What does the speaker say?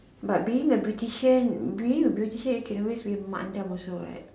but being a beautician being a beautician you can always be mak andam also what